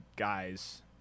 Guys